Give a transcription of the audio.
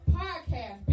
podcast